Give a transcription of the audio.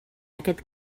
aquest